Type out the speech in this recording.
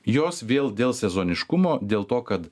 jos vėl dėl sezoniškumo dėl to kad